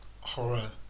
horror